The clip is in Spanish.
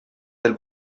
del